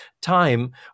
time